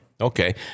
okay